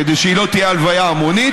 כדי שהיא לא תהיה הלוויה המונית,